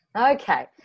Okay